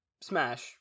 smash